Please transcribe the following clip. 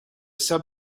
sub